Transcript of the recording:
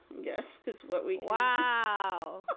yes, that's what we wow.